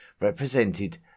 represented